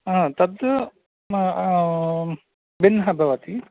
ह तद् भिन्नः भवति